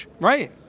right